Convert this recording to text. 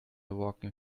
walking